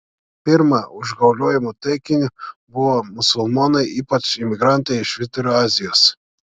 pirma užgauliojimų taikiniu buvo musulmonai ypač imigrantai iš vidurio azijos